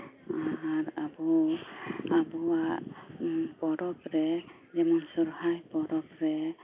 ᱟᱨ ᱟᱵᱚᱣᱟᱜ ᱯᱚᱨᱚᱵᱽ ᱨᱮ ᱡᱮᱢᱚᱱ ᱥᱚᱨᱦᱟᱭ ᱯᱚᱨᱚᱵᱽ ᱨᱮ